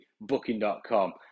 Booking.com